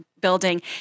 building